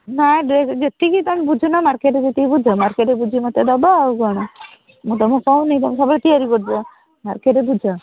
ନାହିଁ ଡ୍ରେସ୍ ଯେତିକି ତମେ ବୁଝୁନ ମାର୍କେଟ୍ରେ ଯେତିକି ବୁଝ ମାର୍କେଟ୍ରେ ବୁଝିକି ମୋତେ ଦେବ ଆଉ କ'ଣ ମୁଁ ତମକୁ କହୁନି ତମେ ସବୁବେଳେ ତିଆରି କରୁଛ ମାର୍କେଟ୍ରେ ବୁଝ